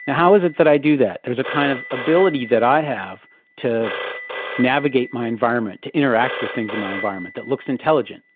and how is it that i do that? there's a kind of ability that i have to navigate my environment, to interact with things in my environment that looks intelligent.